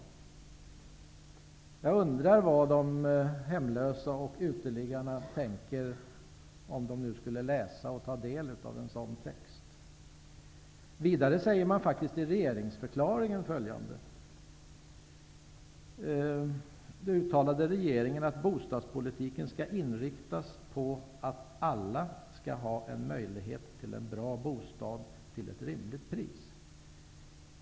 Jag undrar vad de hemlösa och uteliggarna skulle tänka om de skulle läsa och ta del av en sådan text. I regeringsförklaringen säger man faktiskt ''att bostadspolitiken skall inriktas på att alla skall ha möjlighet till en bra bostad till ett rimligt pris''.